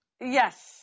Yes